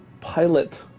Pilot